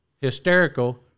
hysterical